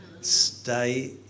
Stay